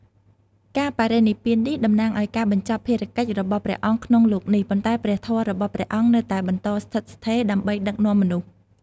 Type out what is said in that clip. ការបរិនិព្វាននេះតំណាងឱ្យការបញ្ចប់ភារកិច្ចរបស់ព្រះអង្គក្នុងលោកនេះ ប៉ុន្តែព្រះធម៌របស់ព្រះអង្គនៅតែបន្តស្ថិតស្ថេរដើម្បីដឹកនាំមនុស្ស។